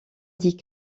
dit